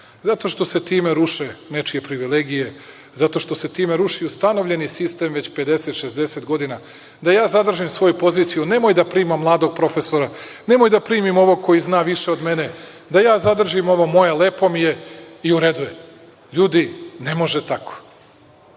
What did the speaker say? Zato što se time ruše nečije privilegije, zato što se time ruši ustanovljeni sistem, već 50, 60 godina, da ja zadržim svoju poziciju, nemoj da primam mladog profesora, nemoj da primim ovog koji zna više od mene, da ja zadržim ovo moje, lepo mi je i u redu je. Ljudi, ne može tako. Mnogo